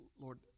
Lord